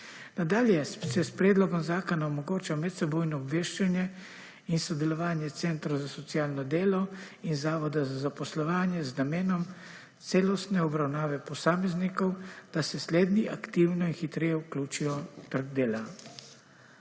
Nadalje se s predlogom zakona omogoča medsebojno obveščanje in sodelovanje centrov za socialno delo in zavoda za zaposlovanja z namenom celostne obravnave posameznikov, da se slednji aktivno in hitreje vključijo v trg dela.